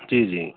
ਜੀ ਜੀ